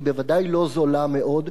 היא בוודאי לא זולה מאוד.